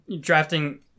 Drafting